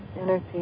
energy